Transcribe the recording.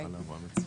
הצבעה אושרה.